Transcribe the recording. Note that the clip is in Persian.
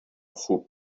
خوب